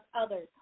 others